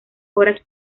horas